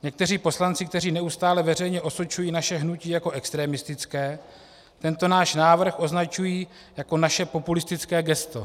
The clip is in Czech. Někteří poslanci, kteří neustále veřejně osočují naše hnutí jako extremistické, tento náš návrh označují jako naše populistické gesto.